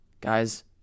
Guys